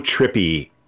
trippy